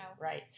right